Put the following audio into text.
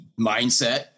mindset